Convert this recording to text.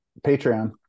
Patreon